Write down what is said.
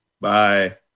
Bye